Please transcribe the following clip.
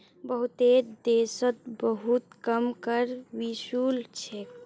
बहुतेते देशोत बहुत कम कर वसूल छेक